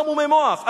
חמומי מוח,